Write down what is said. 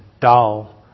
dull